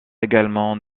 également